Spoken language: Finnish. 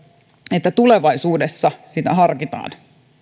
että tulevaisuudessa sitä harkitaan